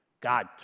God